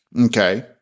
okay